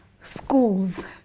schools